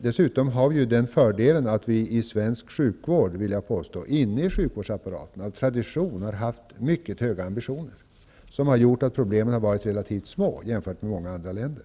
Dessutom har vi den fördelen att vi i svensk sjukvård, inne i sjukvårdsapparaten, av tradition har haft mycket höga ambitioner. Det har gjort att problemen har varit relativt små, jämfört med i många andra länder.